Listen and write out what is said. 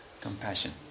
Compassion